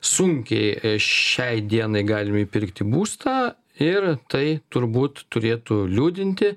sunkiai šiai dienai galime įpirkti būstą ir tai turbūt turėtų liūdinti